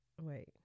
Wait